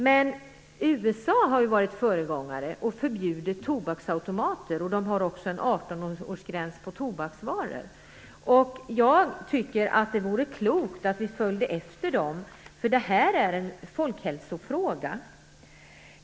Men USA har också varit föregångare och förbjudit tobaksautomater, och man har också en 18-årsgräns för tobaksvaror. Jag tycker att det vore klokt om vi följde efter dem, för det här är en folkhälsofråga.